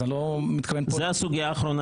אז אני לא מתכוון פה --- זו הסוגיה האחרונה